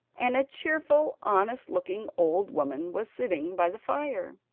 and a cheerful honest-looking old woman was sitting by the fire.